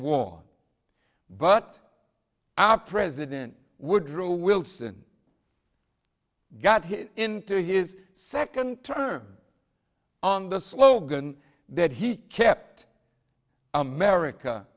war but our president woodrow wilson got him into his second term on the slogan that he kept america